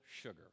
sugar